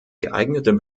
geeignete